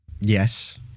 Yes